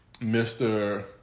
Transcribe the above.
Mr